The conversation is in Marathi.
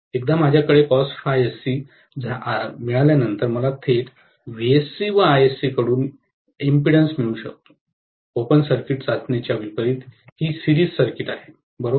एकदा माझ्याकडे झाल्यानंतर मला थेट VSC व ISC कडून इम्पीडंस मिळू शकतो ओपन सर्किट चाचणीच्या विपरीत ही सिरीज सर्किट आहे बरोबर